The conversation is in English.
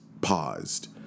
paused